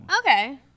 Okay